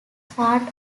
part